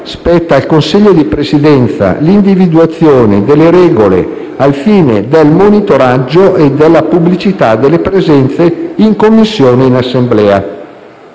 "Spetta al Consiglio di Presidenza l'individuazione delle regole al fine del monitoraggio e della pubblicità delle presenze in Commissione e in Assemblea"».